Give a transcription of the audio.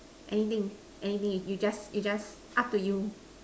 anything anything you just you just up to you